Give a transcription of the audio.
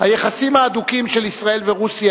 היחסים ההדוקים של ישראל ורוסיה,